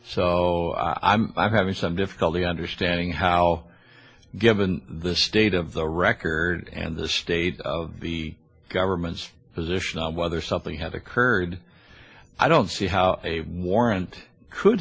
so i'm having some difficulty understanding how given the state of the record and the state of the government's position of whether something had occurred i don't see how a warrant could